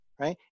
Right